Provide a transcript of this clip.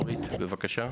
אורית, בבקשה.